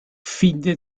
finde